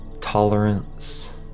tolerance